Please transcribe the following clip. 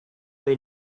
they